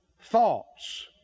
Thoughts